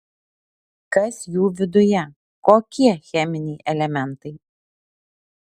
kas jų viduje kokie cheminiai elementai